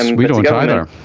and we don't either.